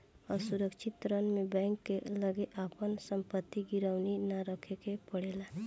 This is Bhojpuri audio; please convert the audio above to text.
असुरक्षित ऋण में बैंक के लगे आपन संपत्ति गिरवी ना रखे के पड़ेला